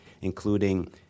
including